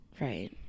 right